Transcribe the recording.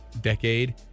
decade